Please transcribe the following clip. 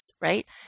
right